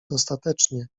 dostatecznie